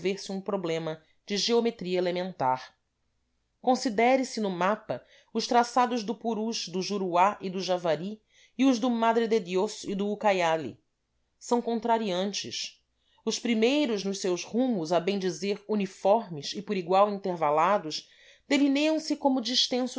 um problema de geometria elementar considere se no mapa os traçados do purus do juruá e do javari e os do madre de diós e do ucaiali são contrariantes os primeiros nos seus rumos a bem dizer uniformes e por igual intervalados delineiam se como